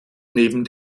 neben